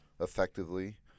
effectively